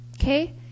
okay